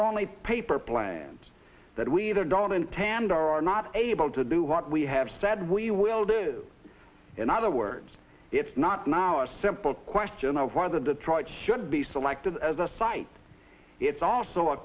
are only paper plans that we either don't intend or are not able to do what we have said we will do in other words it's not in our simple question of whether detroit should be selected as a site it's also a